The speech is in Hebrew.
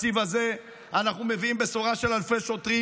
בתקציב הזה אנחנו מביאים בשורה של אלפי שוטרים.